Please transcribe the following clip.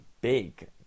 big